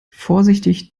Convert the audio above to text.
vorsichtig